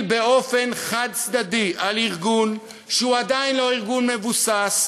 באופן חד-צדדי על ארגון שהוא עדיין לא ארגון מבוסס,